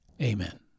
amen